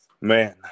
Man